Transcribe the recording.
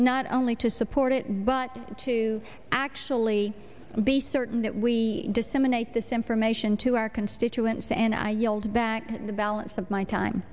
not only to support it but to actually be certain that we disseminate this information to our constituents and i yield back the balance of my time